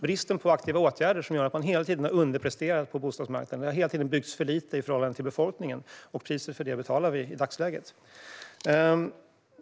Bristen på aktiva åtgärder har gjort att man hela tiden har underpresterat på bostadsmarknaden. Det har hela tiden byggts för lite i förhållande till befolkningen, och priset för det betalar vi i dagsläget.